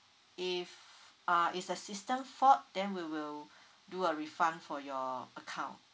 if uh is the system fault then we will do a refund for your account